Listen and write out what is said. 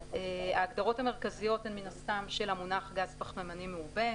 ההגדרות המרכזיות הן מן הסתם של המונח "גז פחמימני מעובה",